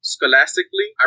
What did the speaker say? Scholastically